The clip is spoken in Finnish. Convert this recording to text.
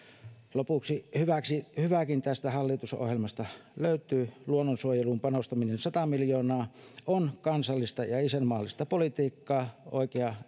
lopuksi hyvääkin tästä hallitusohjelmasta löytyy luonnonsuojeluun panostaminen sata miljoonaa on kansallista ja isänmaallista politiikkaa oikea